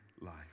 life